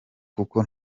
kuko